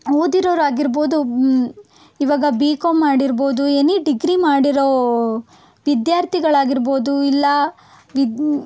ಓದಿರೋರಾಗಿರ್ಬೋದು ಇವಾಗ B com ಮಾಡಿರ್ಬೋದು any degree ಮಾಡಿರೋ ವಿದ್ಯಾರ್ಥಿಗಳಾಗಿರ್ಬೋದು ಇಲ್ಲ ವಿದ್